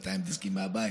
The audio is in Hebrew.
200 דיסקים מהבית,